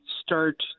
start